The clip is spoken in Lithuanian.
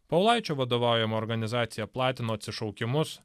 paulaičio vadovaujama organizacija platino atsišaukimus